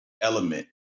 element